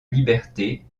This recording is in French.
liberté